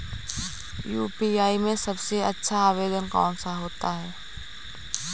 UPI में सबसे अच्छा आवेदन कौन सा होता है?